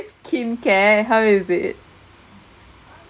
skincare how is it